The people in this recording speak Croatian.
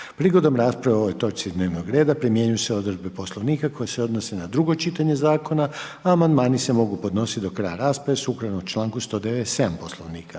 Prigodom rasprave o ovoj točci dnevnog reda primjenjuju se odredbe Poslovnika koji se odnosi na drugo čitanje Zakona, a amandmani se mogu podnositi do kraja rasprave, sukladno članku 197. Poslovnika.